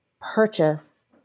purchase